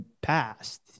past